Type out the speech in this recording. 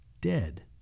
dead